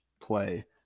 play